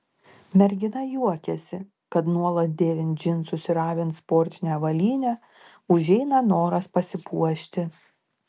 mergina juokiasi kad nuolat dėvint džinsus ir avint sportinę avalynę užeina noras pasipuošti